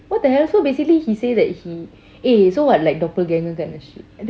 what the hell so basically he say that he eh so what like doppelganger kind of shit